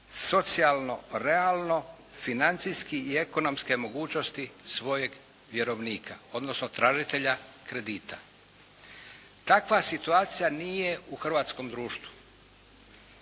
socijalno, realno, financijski i ekonomske mogućnosti svojeg vjerovnika, odnosno tražitelja kredita. Takva situacija nije u hrvatskom društvu.